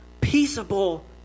peaceable